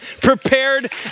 prepared